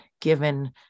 given